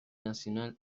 nacional